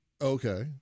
okay